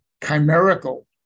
chimerical